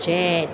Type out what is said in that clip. jet